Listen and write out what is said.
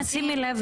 שימי לב,